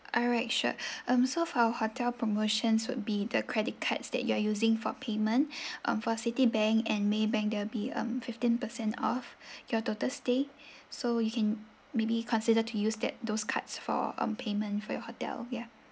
alright sure um so for our hotel promotions would be the credit cards that you are using for payment um for citibank and maybank there'll be um fifteen percent off your total stay so you can maybe consider to use that those cards for um payment for your hotel ya